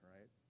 right